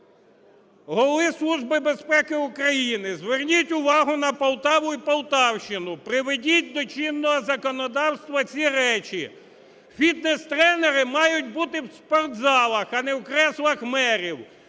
Голови служби безпеки України, зверніть увагу на Полтаву і Полтавщину, приведіть до чинного законодавства ці речі, фітнес-тренери мають бути в спортзалах, а не в креслах мерів.